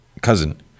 cousin